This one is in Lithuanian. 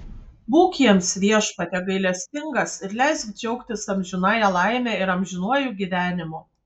būk jiems viešpatie gailestingas ir leisk džiaugtis amžinąja laime ir amžinuoju gyvenimu